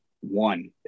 one